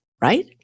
right